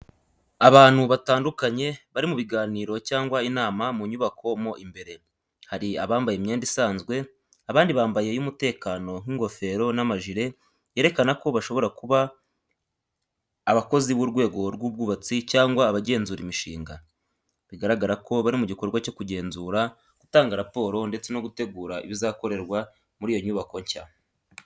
Abantu batandukanye bari mu biganiro cyangwa inama mu nyubako mo imbere. Hari abambaye imyenda isanzwe, abandi bambaye iy’umutekano nk’ingofero n’amajire yerekana ko bashobora kuba abakozi b’urwego rw’ubwubatsi cyangwa abagenzura imishinga. Bigaragara ko bari mu gikorwa cyo kugenzura, gutanga raporo ndetse no gutegura ibizakorerwa muri iyo nyubako nshya.